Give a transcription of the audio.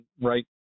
right